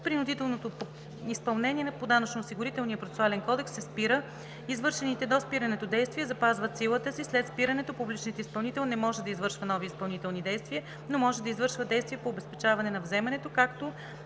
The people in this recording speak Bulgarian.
принудителното изпълнение по Данъчно-осигурителния процесуален кодекс се спира; извършените до спирането действия запазват силата си; след спирането публичният изпълнител не може да извършва нови изпълнителни действия, но може да извършва действия по обезпечаване на вземането, както